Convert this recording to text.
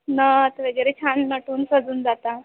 नथ वगैरे छान नटून सजून जातात